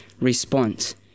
response